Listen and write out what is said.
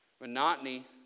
Monotony